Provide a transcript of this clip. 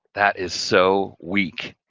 that is so weak,